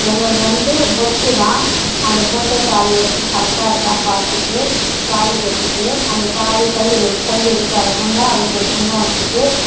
எங்களுது வந்து பொட்டுதான் அந்த பொட்டு தாலி கரெக்டாருக்கா பார்த்துட்டு தாலி கட்டிவிட்டு அந்த தாலி கயிறு கை எடுக்காது முன்னே அதுக்கொரு குங்குமம் வச்சுட்டு